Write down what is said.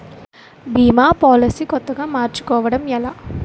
భీమా policy కొత్తగా మార్చుకోవడం ఎలా?